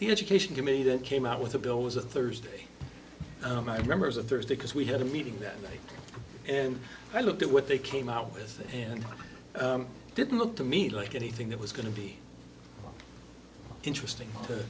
the education committee that came out with a bill was a thursday night i remember as a thursday because we had a meeting that night and i looked at what they came out with and didn't look to me like anything that was going to be interesting